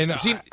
See